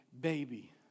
baby